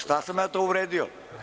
Šta sam ja to uvredio?